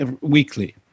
weekly